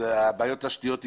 הבעיות התשתיתיות יגברו,